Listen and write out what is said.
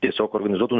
tiesiog organizuotų